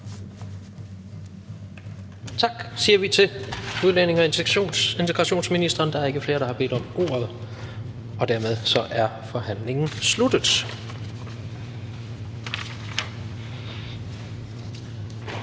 Tak, siger vi til udlændinge- og integrationsministeren. Der er ikke er flere, der har bedt om ordet, og dermed er forhandlingen sluttet.